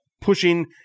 pushing